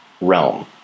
realm